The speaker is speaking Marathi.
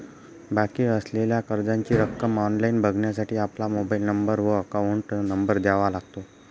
बाकी असलेल्या कर्जाची रक्कम ऑनलाइन बघण्यासाठी आपला मोबाइल नंबर व अकाउंट नंबर द्यावा लागतो